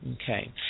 Okay